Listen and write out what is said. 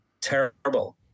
terrible